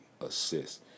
assists